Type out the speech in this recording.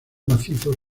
macizo